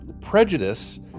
prejudice